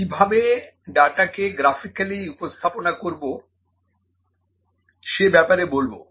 কিভাবে ডাটাকে গ্রাফিকালি উপস্থাপনা করবো সে ব্যাপারে বলবো